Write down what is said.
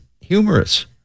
humorous